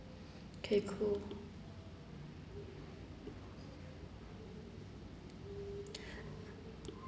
okay cool